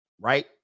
right